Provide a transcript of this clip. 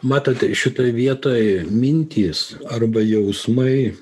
matot šitoje vietoj mintys arba jausmai